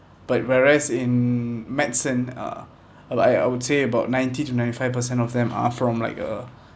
but whereas in medicine uh I wou~ I would say about ninety to ninety five per cent of them are from like uh